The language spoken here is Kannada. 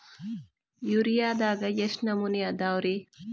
ಯೂರಿಯಾದಾಗ ಎಷ್ಟ ನಮೂನಿ ಅದಾವ್ರೇ?